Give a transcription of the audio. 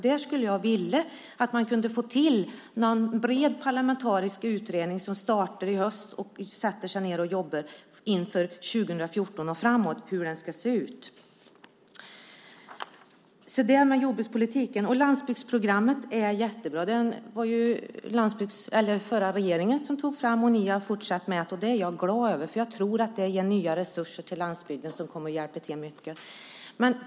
Där skulle jag vilja att man kunde få till stånd en bred parlamentarisk utredning som startar i höst och som jobbar inför 2014 och framåt med hur den ska se ut. Landsbygdsprogrammet är jättebra. Det tog den förra regeringen fram, och ni har fortsatt med det. Det är jag glad över, för jag tror att det ger nya resurser till landsbygden som kommer att hjälpa mycket.